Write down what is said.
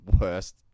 worst